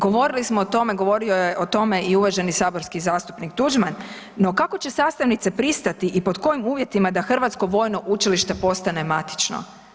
Govorili smo o tome, govorio je o tome i uvaženi saborski zastupnik Tuđman, no kako će sastavnice pristati i pod kojim uvjetima da Hrvatsko vojno učilište postane matično?